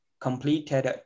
completed